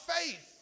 faith